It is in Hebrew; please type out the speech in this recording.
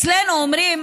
אצלנו אומרים,